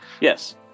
Yes